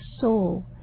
soul